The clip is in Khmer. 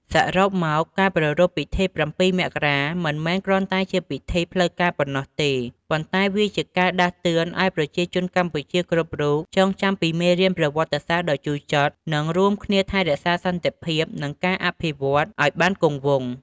សរុបមកការប្រារព្ធពិធី៧ មករា មិនមែនគ្រាន់តែជាពិធីផ្លូវការប៉ុណ្ណោះទេ ប៉ុន្តែវាជាការដាស់តឿនឲ្យប្រជាជនកម្ពុជាគ្រប់រូបចងចាំពីមេរៀនប្រវត្តិសាស្ត្រដ៏ជូរចត់ និងរួមគ្នាថែរក្សាសន្តិភាព និងការអភិវឌ្ឍន៍ឲ្យបានគង់វង្ស។